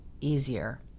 easier